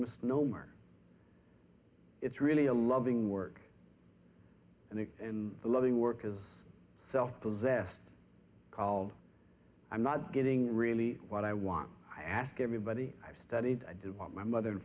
misnomer it's really a loving work and then the loving work has self possessed called i'm not getting really what i want i ask everybody i've studied i did what my mother and